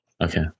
Okay